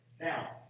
Now